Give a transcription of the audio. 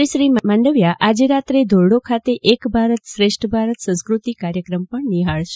મંત્રી શ્રી માંડવીયા આજે રાત્રે ધોરડો ખાતે એક ભારત શ્રેષ્ઠ ભારત સંસ્કૃતિક કાર્યક્રમ નિહાળશે